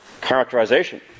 characterization